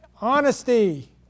honesty